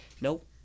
Nope